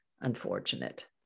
unfortunate